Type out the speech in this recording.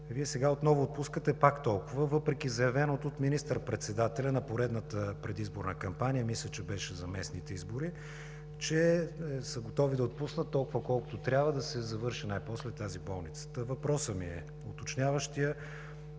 Вие сега отново отпускате пак толкова, въпреки заявеното от министър-председателя на поредната предизборна кампания, мисля, че беше за местните избори, че са готови да отпуснат толкова, с колкото трябва да се завърши най-после тази болница. Уточняващият